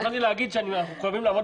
התכוונתי להגיד שאנחנו מחויבים לעמוד